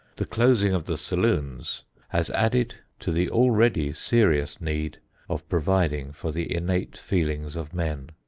the closing of the saloons has added to the already serious need of providing for the innate feelings of men.